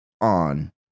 on